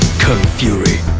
kung fury.